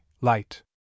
light